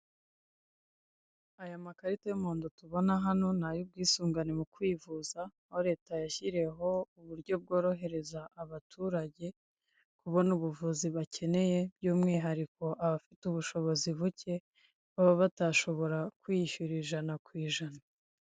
Aya makarita y'umuhondo tubona hano, nay'ubwisungane mu kwivuza, aho leta yashyiriyeho uburyo bworohereza abaturage kubona ubuvuzi bakeneye, by'umwihariko abafite ubushobozi bucye, baba batashobora kwiyishyurira ijana ku ijana.